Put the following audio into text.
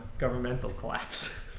government collapse.